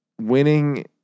winning